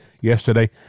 yesterday